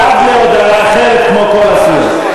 עד להודעה אחרת, כמו כל הסיעות.